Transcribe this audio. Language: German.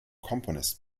komponist